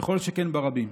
וכל שכן ברבים.